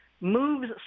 moves